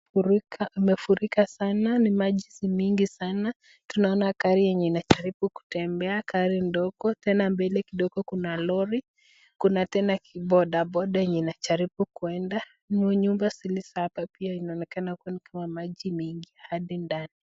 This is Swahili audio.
Imefurika sana ni maji mingi sana tunaona gari yenye inajaribu kutembea , gari ndogo , tena mbele kidogo kuna lori, kuna tena boda boda yenye inajaribu kwenda, iyo nyumba zilizo hapa pia inaonekana kama maji mingi adi ndani.